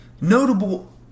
Notable